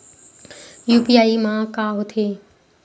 UPI मा का होथे?